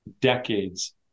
decades